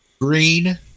Green